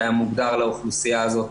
שהיה מוגדר לאוכלוסייה הזו,